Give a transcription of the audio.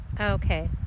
Okay